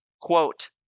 quote